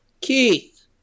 Keith